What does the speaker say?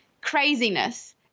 craziness